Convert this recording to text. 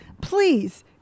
Please